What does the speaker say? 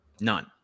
none